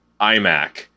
iMac